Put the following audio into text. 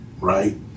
right